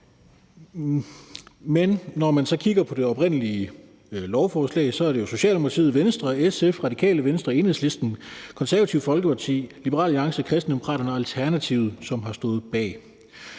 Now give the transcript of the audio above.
Men når man så kigger på det oprindelige lovforslag, er det jo Socialdemokratiet, Venstre, SF, Radikale Venstre, Enhedslisten, Det Konservative Folkeparti, Liberal Alliance, Kristendemokraterne og Alternativet, som har stået bag.